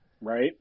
Right